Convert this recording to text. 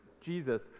Jesus